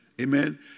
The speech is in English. Amen